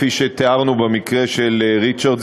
כפי שתיארנו במקרה של ריצ'רד,